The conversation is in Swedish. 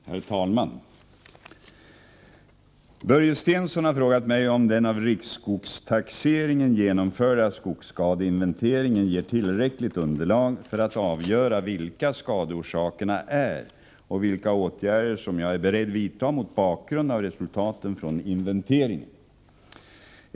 Herr talman! Börje Stensson har frågat mig om den av riksskogstaxeringen genomförda skogsskadeinventeringen ger tillräckligt underlag för att man skall kunna avgöra vilka skadeorsakerna är och om vilka åtgärder som jag är beredd vidta mot bakgrund av resultaten från inventeringen.